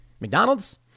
McDonald's